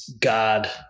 God